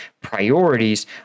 priorities